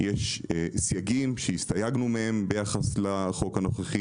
יש סייגים שהסתייגנו מהם ביחס לחוק הנוכחי,